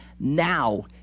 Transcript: now